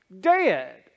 dead